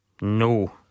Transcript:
No